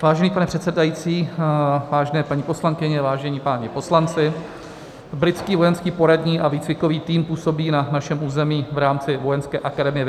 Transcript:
Vážený pane předsedající, vážené paní poslankyně, vážení páni poslanci, Britský vojenský poradní a výcvikový tým působí na našem území v rámci Vojenské akademie ve